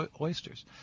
oysters